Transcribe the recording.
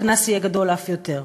הקנס יהיה גדול אף יותר.